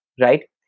right